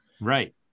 Right